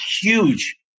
huge